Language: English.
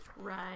Right